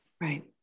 Right